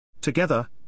Together